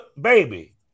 baby